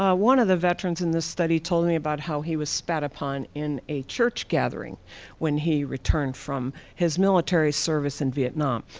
ah one of the veterans in this study told me about how he was spat upon in a church gathering when he returned from his military service in vietnam.